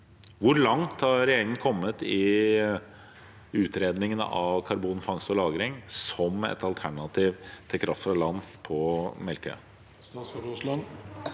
Hvor langt har regjeringen kommet i utredningene av karbonfangst og lagring som et alternativ til kraft fra land på Melkøya?